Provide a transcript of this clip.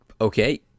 Okay